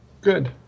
good